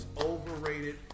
overrated